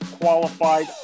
qualified